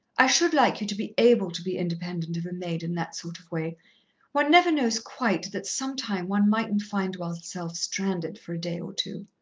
i should like you to be able to be independent of a maid in that sort of way one never knows quite that some time one mightn't find oneself stranded for a day or two.